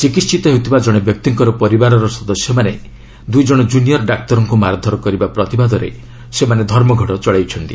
ଚିକିହିତ ହେଉଥିବା ଜଣେ ବ୍ୟକ୍ତିଙ୍କର ପରିବାରର ସଦସ୍ୟମାନେ ଦୁଇ ଜଣ ଜ୍ରନିୟର୍ ଡାକ୍ତରଙ୍କୁ ମାରଧର କରିବା ପ୍ରତିବାଦରେ ସେମାନେ ଧର୍ମଘଟ ଚଳାଇଛନ୍ତି